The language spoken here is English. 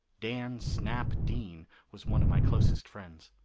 dan snap dean was one of my closest friends.